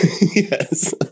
yes